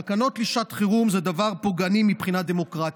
תקנות לשעת חירום זה דבר פוגעני מבחינה דמוקרטית,